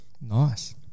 nice